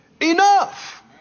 enough